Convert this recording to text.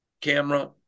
camera